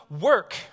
work